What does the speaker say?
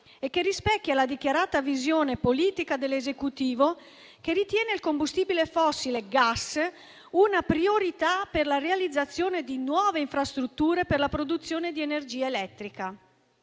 e che rispecchia la dichiarata visione politica dell'Esecutivo, che ritiene il combustibile fossile gas una priorità per la realizzazione di nuove infrastrutture per la produzione di energia elettrica.